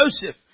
Joseph